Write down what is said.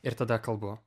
ir tada kalbu